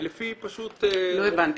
לפי פשוט --- לא הבנתי,